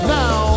now